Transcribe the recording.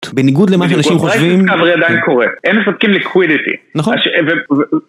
‫בניגוד למה אנשים חושבים. ‫-אבל זה עדיין קורה. ‫הם מסתכלים לקווידיטי. ‫-נכון.